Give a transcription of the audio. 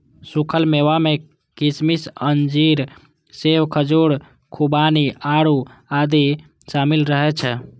सूखल मेवा मे किशमिश, अंजीर, सेब, खजूर, खुबानी, आड़ू आदि शामिल रहै छै